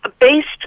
based